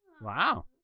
Wow